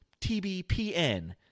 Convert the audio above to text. TBPN